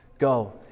Go